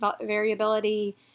variability